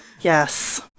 Yes